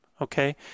Okay